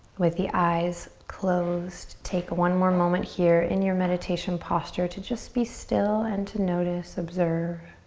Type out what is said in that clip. with the eyes closed, take one more moment here in your meditation posture to just be still and to notice, observe.